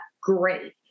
great